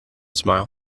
smile